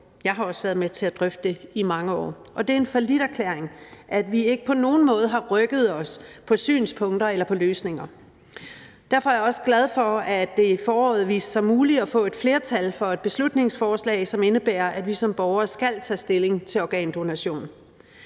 jeg har også været med til at drøfte det i mange år, og det er en falliterklæring, at vi ikke på nogen måde har rykket os på synspunkter eller på løsninger. Derfor er jeg også glad for, at det i foråret viste sig muligt at få et flertal for et beslutningsforslag, som indebærer, at vi som borgere skal tage stilling til organdonation.